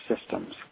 systems